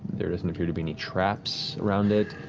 there doesn't appear to be any traps around it.